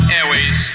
Airways